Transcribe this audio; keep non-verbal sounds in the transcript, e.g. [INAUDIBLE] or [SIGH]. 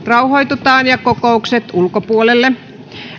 [UNINTELLIGIBLE] rauhoitutaan ja kokoukset ulkopuolelle